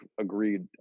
agreed